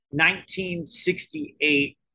1968